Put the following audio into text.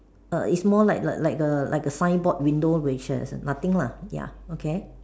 err it's more like like like a like a fine board window racial nothing lah ya okay